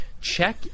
Check